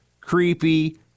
creepy